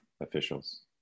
officials